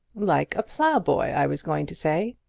like a ploughboy, i was going to say,